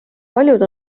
paljud